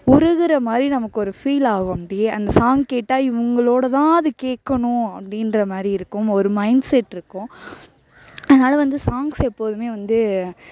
உருகுறமாதிரி நமக்கு ஒரு ஃபீல் ஆகும் அப்படியே அந்த சாங்க் கேட்டால் இவங்களோட தான் அது கேட்கணும் அப்டீன்றமாதிரி இருக்கும் ஒரு மைண்ட்செட் இருக்கும் அதனால வந்து சாங்க்ஸ் எப்போதுமே வந்து